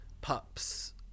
Pups